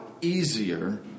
easier